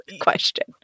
question